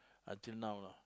until now lah